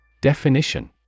Definition